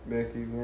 Becky